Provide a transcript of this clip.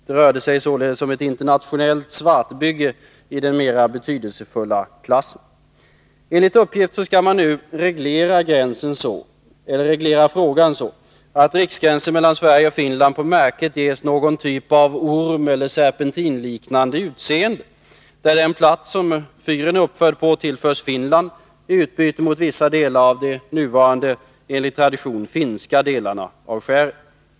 Det rörde sig således om ett internationellt svartbygge i den mera betydelsefulla klassen. Enligt uppgift skall man nu reglera frågan så, att riksgränsen mellan Sverige och Finland på Märket ges någon typ av ormeller serpentinliknande utseende. Den plats som fyren uppfördes på skall tillföras Finland i utbyte mot vissa av de nuvarande, enligt tradition, finska delarna av skäret.